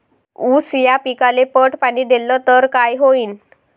ऊस या पिकाले पट पाणी देल्ल तर काय होईन?